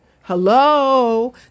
Hello